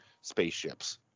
spaceships